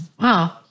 Wow